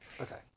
Okay